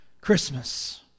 Christmas